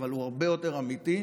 אבל הוא הרבה יותר אמיתי,